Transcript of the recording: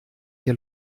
hier